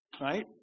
right